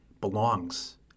belongs